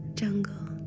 jungle